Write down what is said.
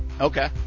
Okay